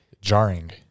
Jarring